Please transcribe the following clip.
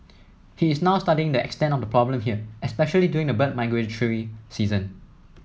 he is now studying the extent of the problem here especially during the bird migratory season